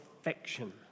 affection